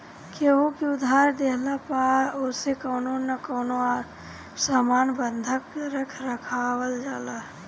केहू के उधार देहला पअ ओसे कवनो न कवनो सामान बंधक रखवावल जाला